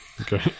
Okay